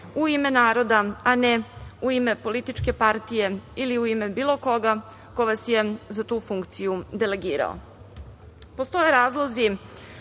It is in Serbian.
u ime naroda a ne u ime političke partije ili u ime bilo koga ko vas je za tu funkciju delegirao. Postoje razlozi